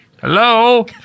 Hello